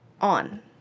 on